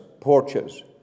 porches